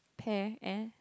pear eh